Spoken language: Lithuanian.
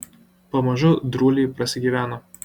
pamažu drūliai prasigyveno